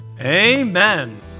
amen